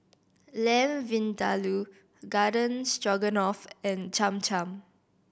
Lamb Vindaloo Garden Stroganoff and Cham Cham